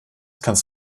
kannst